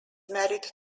married